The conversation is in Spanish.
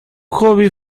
hobby